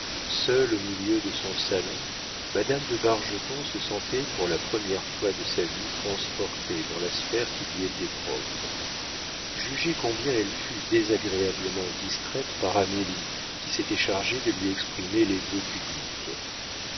seule au milieu de son salon madame de bargeton se sentait pour la première fois de sa vie transportée dans la sphère qui lui était propre jugez combien elle fut désagréablement distraite par amélie qui s'était chargée de lui exprimer les vœux publics